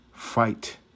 fight